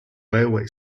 railway